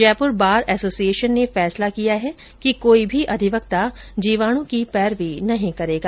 Jaipur bar association ने फैसला किया है कि कोई भी अधिवक्ता जीवाणु की पैरवी नहीं करेगा